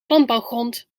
landbouwgrond